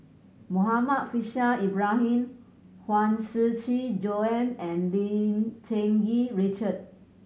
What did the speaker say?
Muhammad Faishal Ibrahim Huang Shiqi Joan and Lim Cherng Yih Richard